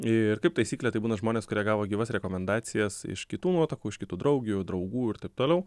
ir kaip taisyklė tai būna žmonės kurie gavo gyvas rekomendacijas iš kitų nuotakų iš kitų draugių draugų ir taip toliau